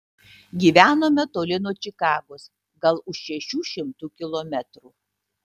gyvenome toli nuo čikagos gal už šešių šimtų kilometrų